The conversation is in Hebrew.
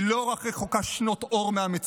היא לא רק רחוקה שנות אור מהמציאות,